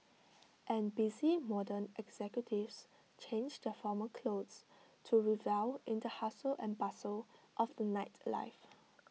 and busy modern executives change their formal clothes to revel in the hustle and bustle of the nightlife